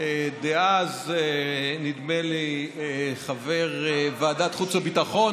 אז נדמה לי חבר ועדת חוץ וביטחון,